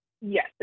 yes